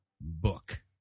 book